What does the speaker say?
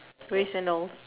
grey sandals